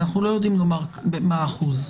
אבל אנחנו לא יודעים לומר מה האחוז.